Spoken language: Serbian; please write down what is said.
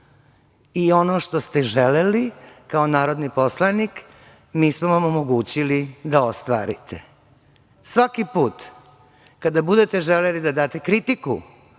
I ono što ste želeli kao narodni poslanik, mi smo vam omogućili da ostvarite. Svaki put kada budete želeli da date kritiku